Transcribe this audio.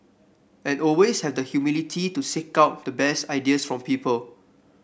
and always have the humility to seek out the best ideas from people